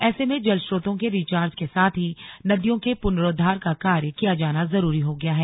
ऐसे में जल स्रोतों के रिचार्ज के साथ ही नदियों के पुनरोद्वार का कार्य किया जाना जरूरी हो गया है